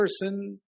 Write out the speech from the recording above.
person